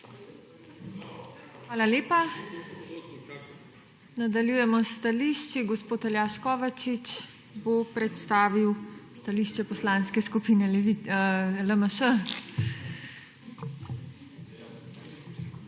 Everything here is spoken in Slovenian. Hvala lepa. Nadaljujemo s stališči. Gospod Aljaž Kovačič bo predstavil stališče Poslanske skupine LMŠ.